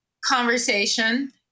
conversation